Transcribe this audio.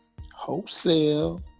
Wholesale